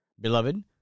Beloved